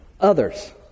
others